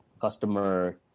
customer